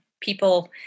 people